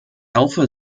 alpha